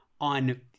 on